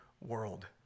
world